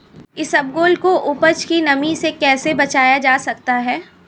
इसबगोल की उपज को नमी से कैसे बचाया जा सकता है?